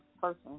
person